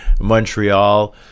Montreal